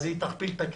היא תכפיל את הכסף.